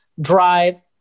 drive